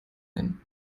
ein